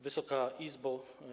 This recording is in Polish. Wysoka Izbo!